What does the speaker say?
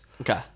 Okay